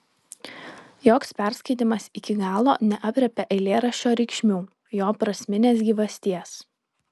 joks perskaitymas iki galo neaprėpia eilėraščio reikšmių jo prasminės gyvasties